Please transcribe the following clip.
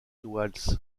walsh